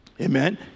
amen